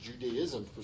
Judaism